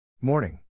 Morning